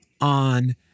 on